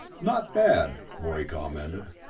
not bad, morey commented.